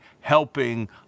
helping